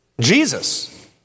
jesus